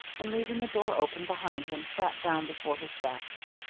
and, leaving the door open behind him, sat down before his desk.